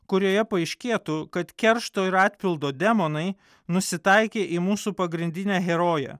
kurioje paaiškėtų kad keršto ir atpildo demonai nusitaikė į mūsų pagrindinę heroję